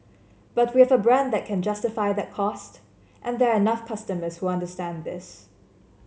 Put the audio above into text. but we have a brand that can justify that cost and there are enough customers who understand this